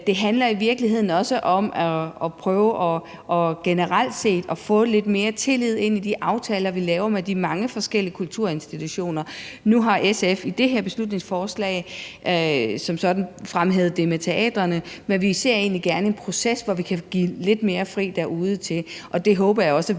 Det handler i virkeligheden også om at prøve generelt set at få lidt mere tillid ind i de aftaler, vi laver med de mange forskellige kulturinstitutioner. Nu har SF i det her beslutningsforslag som sådan fremhævet det med teatrene, men vi ser egentlig gerne en proces, hvor vi kan give det lidt mere fri derude. Det håber jeg også